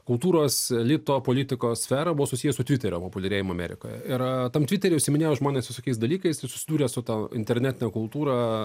kultūros elito politikos sferą buvo susiję su tviterio populiarėjimu amerikoje ir tam tvitery užsiiminėjo žmonės visokiais dalykais ir susidūrė su ta internetine kultūra